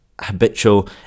habitual